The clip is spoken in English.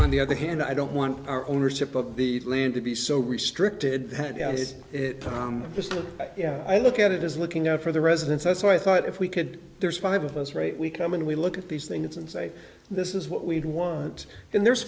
on the other hand i don't want our ownership of the land to be so restricted that is it tom just yeah i look at it as looking out for the residents and so i thought if we could there's five of us right we come in we look at these things and say this is what we'd want and there's